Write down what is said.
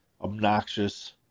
obnoxious